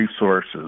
resources